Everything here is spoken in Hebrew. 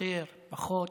יותר או פחות.